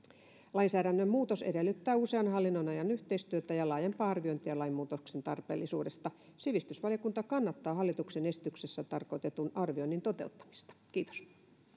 lainsäädännön muutos edellyttää usean hallinnonalan yhteistyötä ja laajempaa arviointia lainmuutoksen tarpeellisuudesta sivistysvaliokunta kannattaa hallituksen esityksessä tarkoitetun arvioinnin toteuttamista kiitos